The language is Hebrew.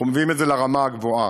אנחנו מביאים את זה לרמה הגבוהה.